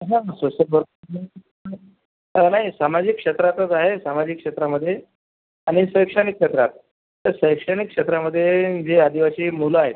हा social work नाही सामाजिक क्षेत्रातच आहे सामाजिक क्षेत्रामध्ये आणि शैक्षणिक क्षेत्रात तर शैक्षणिक क्षेत्रामध्ये जे आदिवासी मुलं आहे